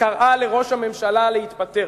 וקראה לראש הממשלה להתפטר,